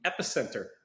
epicenter